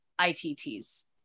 ITTs